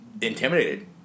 intimidated